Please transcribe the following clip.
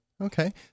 Okay